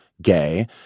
gay